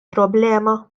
problema